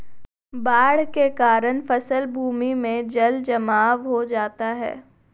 बाढ़ के कारण फसल भूमि में जलजमाव हो जाता है